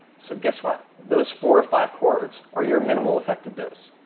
so guess what? those four or five chords are your minimal effective dose.